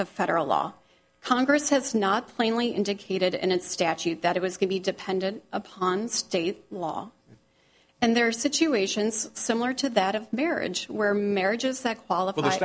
of federal law congress has not plainly indicated in its statute that it was can be depended upon state law and there are situations similar to that of marriage where marriages that qualif